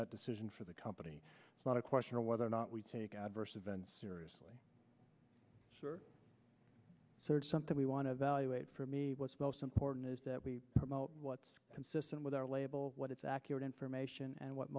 that decision for the company it's not a question of whether or not we take adverse events seriously so it's something we want to evaluate for me what's most important is that we promote what's consistent with our label what it's accurate information and what